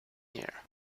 here